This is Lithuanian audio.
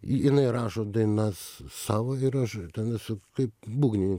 i jinai rašo dainas savo ir aš ten esu kaip būgninink